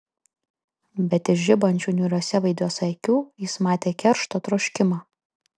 bet iš žibančių niūriuose veiduose akių jis matė keršto troškimą